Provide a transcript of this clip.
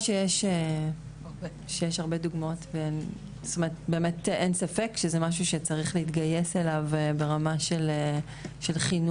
שיש הרבה דוגמאות ואין ספק שזה משהו שצריך להתייחס אליו ברמה של חינוך.